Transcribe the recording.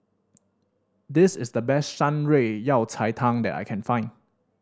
this is the best Shan Rui Yao Cai Tang that I can find